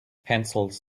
pencils